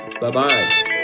Bye-bye